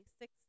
six